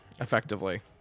Effectively